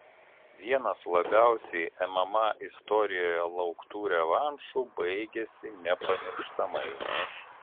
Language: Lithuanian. vienas labiausiai mma istorijoje lauktų revanšų baigėsi nepamirštamai